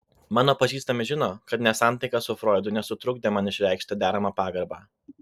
mano pažįstami žino kad nesantaika su froidu nesutrukdė man išreikšti deramą pagarbą